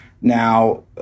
Now